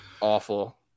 awful